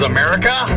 America